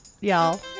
y'all